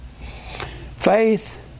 Faith